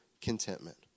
contentment